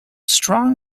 strong